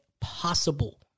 possible